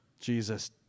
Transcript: Jesus